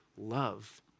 love